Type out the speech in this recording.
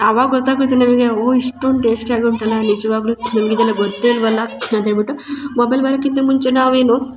ಅವಾಗ ಗೊತ್ತಾಗುತ್ತೆ ನಿಮಗೆ ಓ ಇಷ್ಟೊಂದು ಟೇಸ್ಟಿ ಆಗಿ ಉಂಟಲ್ಲ ನಿಜ್ವಾಗಲು ನಮ್ಗ ಇದೆಲ್ಲ ಗೊತ್ತೆ ಇಲ್ಲವಲ್ಲಾ ಅಂತೇಳ್ಬಿಟ್ಟು ಮೊಬೈಲ್ ಬರಕ್ಕಿಂತ ಮುಂಚೆ ನಾವು ಏನು